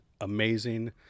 amazing